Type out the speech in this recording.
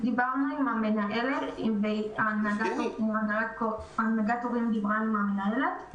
דיברנו עם המנהלת וגם הנהגת ההורים דיברה עם המנהלת.